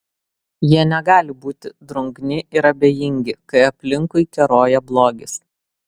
jie negali būti drungni ir abejingi kai aplinkui keroja blogis